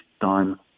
time